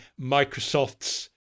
Microsoft's